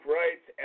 rights